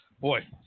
boy